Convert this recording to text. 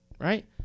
right